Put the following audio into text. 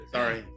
Sorry